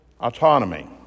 autonomy